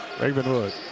Ravenwood